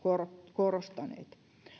korostaneet